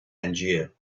tangier